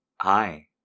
Hi